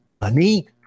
money